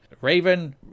Raven